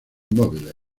móviles